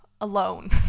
alone